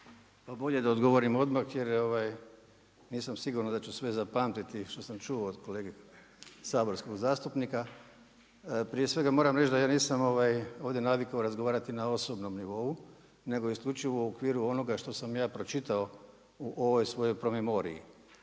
Bolje da odgovorim odmah, jer nisam siguran da ću sve zapamtiti što sam čuo od kolege saborskog zastupnika. Prije svega moram reći da ja nisam ovdje navikao razgovarati na osobnom nivou, nego isključivo u okviru onoga što sam ja pročitao u ovoj svojoj promemoriji.